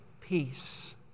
Peace